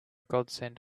godsend